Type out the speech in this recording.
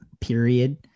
period